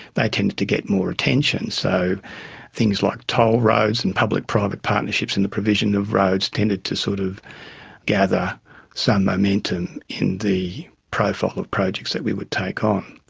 they tended to get more attention. so things like toll roads and public private partnerships and the provision of roads tended to sort of gather some momentum in the profile of projects that we would take on.